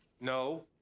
No